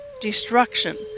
Destruction